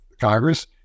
Congress